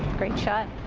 great shot.